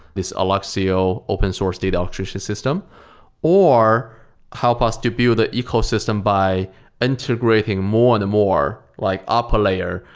this alluxio open source data orchestration system or help us to build the ecosystem by integrating more and more like upper layer,